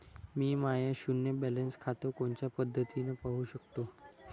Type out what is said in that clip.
मी my शुन्य balance खातं कोनच्या पद्धतीनं पाहू शकतो?